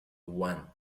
one